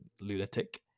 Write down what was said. lunatic